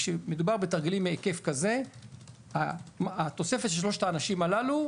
כשמדובר בתרגילים בהיקף כזה התוספת של שלושת האנשים הללו,